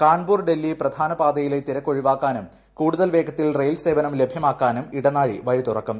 കാൺപൂർ ഡൽഹി പ്രധാന പാതയിലെ തിരക്ക് ഒഴിവാക്കാനും കൂടുതൽ വേഗത്തിൽ റെയിൽ സേവനം ലഭ്യമാക്കാനും ഇടനാഴി വഴിയുറക്കും